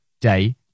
day